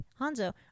Hanzo